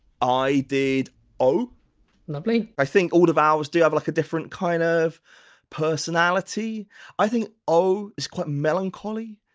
i did o lovely i think all the vowels do have like a different kind of personality i think o is quite melancholy.